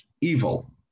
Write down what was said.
evil